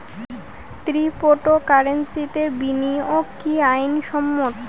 ক্রিপ্টোকারেন্সিতে বিনিয়োগ কি আইন সম্মত?